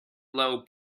low